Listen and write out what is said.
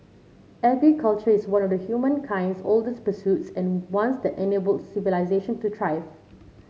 agriculture is one of humankind's oldest pursuits and once that enabled civilisation to thrive